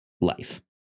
life